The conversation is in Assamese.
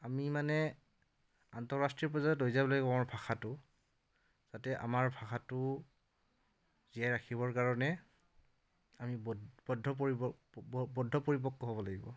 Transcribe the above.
আমি মানে আন্তঃৰাষ্ট্ৰীয় পৰ্যায়ত লৈ যাব লাগিব আমাৰ ভাষাটো যাতে আমাৰ ভাষাটো জীয়াই ৰাখিবৰ কাৰণে আমি বদ্ধ পৰিপক্ক বদ্ধ পৰিপক্ক হ'ব লাগিব